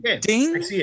ding